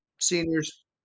seniors